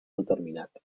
determinat